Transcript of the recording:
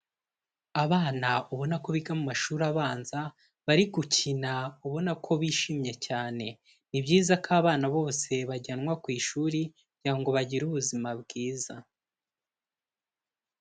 Abana ubona ko biga mu mashuri abanza, bari gukina ubona ko bishimye cyane, ni byiza ko abana bose bajyanwa ku ishuri, kugira ngo bagire ubuzima bwiza.